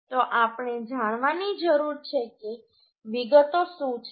તો આપણે જાણવાની જરૂર છે કે વિગતો શું છે